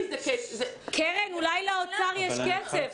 אולי לאוצר יש כסף,